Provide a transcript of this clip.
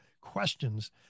questions